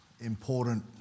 important